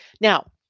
Now